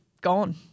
Gone